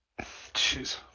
Jeez